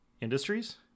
Industries